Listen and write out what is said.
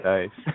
Nice